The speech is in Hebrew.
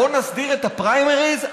בוא נסדיר את הפריימריז,